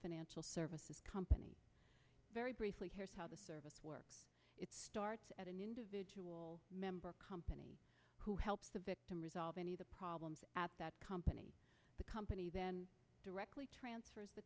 financial services company very briefly here's how the service works it starts at a member company who helps the victim resolve any of the problems at that company the company then directly transfers the